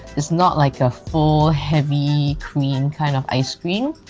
it's not like a full heavy cream kind of ice cream.